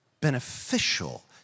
beneficial